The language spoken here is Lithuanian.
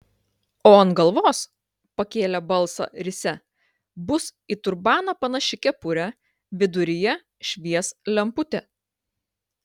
o ant galvos pakėlė balsą risia bus į turbaną panaši kepurė viduryje švies lemputė